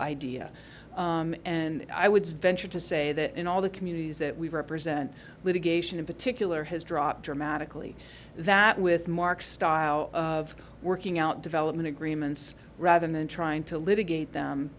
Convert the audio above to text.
idea and i would venture to say that in all the communities that we represent litigation in particular has dropped dramatically that with mark style of working out development agreements rather than trying to litigate them